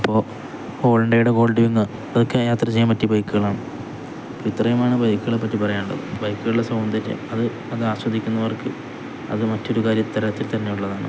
അപ്പോൾ ഹോൺഡേടെ gold wing അതൊക്കെ യാത്ര ചെയ്യാൻ പറ്റിയ ബൈക്കുകളാണ് ഇത്രയുമാണ് ബൈക്കുകളെ പറ്റി പറയാനുള്ളത് ബൈക്കുകളുടെ സൗന്ദര്യം അത് അത് ആസ്വദിക്കുന്നവർക്ക് അത് മറ്റൊരു കാര്യം ഇത്തരത്തിൽ തന്നെയുള്ളതാണ്